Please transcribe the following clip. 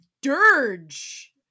dirge